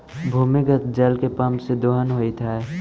भूमिगत जल के पम्प से दोहन होइत हई